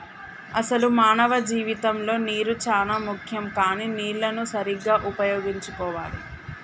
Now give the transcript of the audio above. అసలు మానవ జీవితంలో నీరు చానా ముఖ్యం కానీ నీళ్లన్ను సరీగ్గా ఉపయోగించుకోవాలి